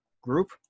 group